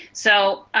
so